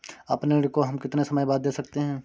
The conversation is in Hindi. अपने ऋण को हम कितने समय बाद दे सकते हैं?